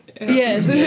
Yes